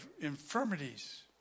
infirmities